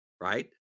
right